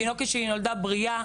התינוקת שלי נולדת בריאה,